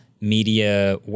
media